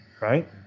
right